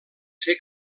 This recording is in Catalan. ser